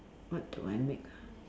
what do I make ha